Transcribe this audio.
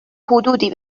حدودی